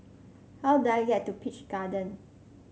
how do I get to Peach Garden